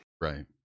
right